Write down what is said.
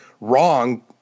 wrong